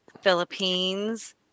Philippines